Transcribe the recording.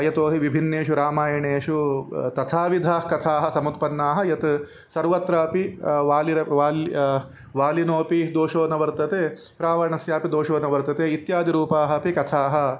यतोहि विभिन्नेषु रामायणेषु तथाविधाः कथाः समुत्पन्नाः यत् सर्वत्रापि वाली वाली वालिनोपि दोषो न वर्तते रावणस्यापि दोषो न वर्तते इत्यादिरूपाः अपि कथाः